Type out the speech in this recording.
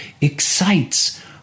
excites